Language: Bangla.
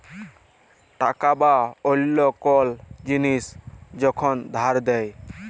টাকা বা অল্য কল জিলিস যখল ধার দেয়